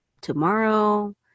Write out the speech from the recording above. tomorrow